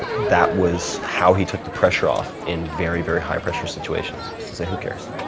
that was how he took the pressure off in very, very high pressure situations was to say, who cares?